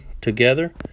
together